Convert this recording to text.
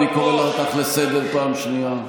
אני קורא אותך לסדר פעם שנייה.